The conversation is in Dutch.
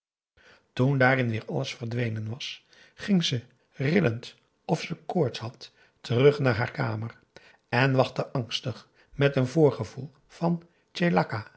toen daarin weer alles verdwenen was ging ze rillend of ze koorts had terug naar haar kamer en wachtte angstig met een voorgevoel van